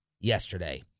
yesterday